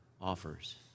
offers